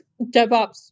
DevOps